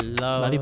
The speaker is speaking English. love